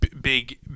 big